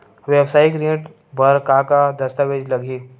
वेवसायिक ऋण बर का का दस्तावेज लगही?